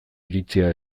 iritzia